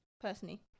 personally